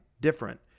different